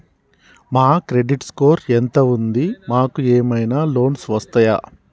మా credit score ఎంత ఉంది? మాకు ఏమైనా లోన్స్ వస్తయా?